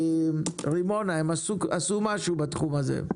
רימונה הם עשו משהו בתחום הזה.